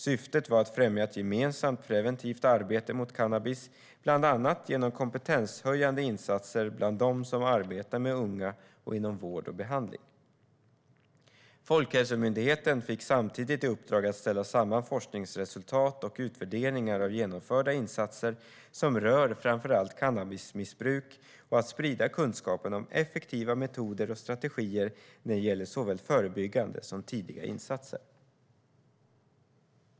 Syftet var att främja ett gemensamt preventivt arbete mot cannabis bland annat genom kompetenshöjande insatser bland dem som arbetar med unga och inom vård och behandling. Folkhälsomyndigheten fick samtidigt i uppdrag att ställa samman forskningsresultat och utvärderingar av genomförda insatser som rör framför allt cannabismissbruk och att sprida kunskapen om effektiva metoder och strategier när det gäller såväl förebyggande som tidiga insatser.